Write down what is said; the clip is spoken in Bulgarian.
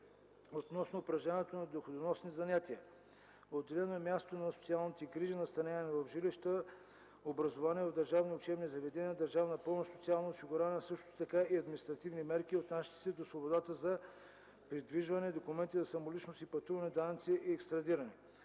относно упражняването на доходоносни занятия. Отделено е място на социалните грижи, настаняване в жилища, образование в държавни учебни заведения, държавна помощ, социално осигуряване, а също така и административни мерки, отнасящи се до свободата за придвижване, документите за самоличност и пътуване, данъци и екстрадиране.